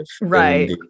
right